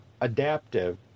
adaptive